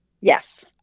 Yes